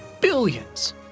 billions